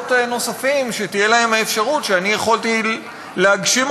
לאבות נוספים שתהיה להם האפשרות שאני יכולתי להגשים,